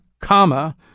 comma